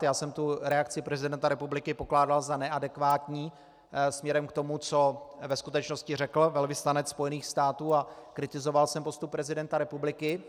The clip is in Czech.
Já jsem tu reakci prezidenta republiky pokládal za neadekvátní směrem k tomu, co ve skutečnosti řekl velvyslanec Spojených států, a kritizoval jsem postup prezidenta republiky.